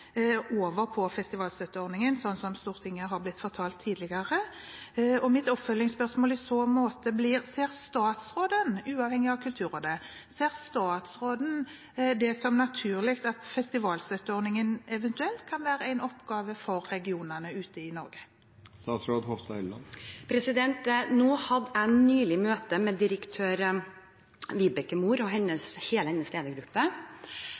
over på festivalstøtteordningen, slik som Stortinget har blitt fortalt tidligere. Mitt oppfølgingsspørsmål i så måte blir: Ser statsråden, uavhengig av Kulturrådet, det som naturlig at festivalstøtteordningen eventuelt kan være en oppgave for regionene ute i Norge? Jeg hadde nylig møte med direktør Vibeke Mohr og hele hennes ledergruppe,